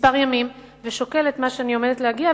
ימים מספר ושוקל את מה שאני עומדת להציע,